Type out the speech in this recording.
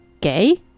gay